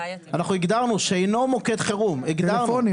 אנחנו הגדרנו "שאינו מוקד חירום", הגדרנו.